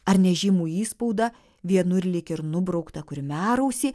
ar nežymų įspaudą vienur lyg ir nubrauktą kurmiarausį